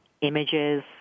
images